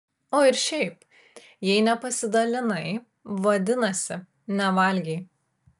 o ir šiaip jei nepasidalinai vadinasi nevalgei